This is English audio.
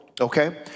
okay